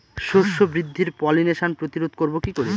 শস্য বৃদ্ধির পলিনেশান প্রতিরোধ করব কি করে?